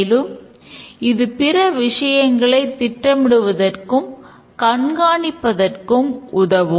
மேலும் இது பிற விஷயங்களை திட்டமிடுவதற்கும் கண்காணிப்பதற்கும் உதவும்